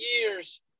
years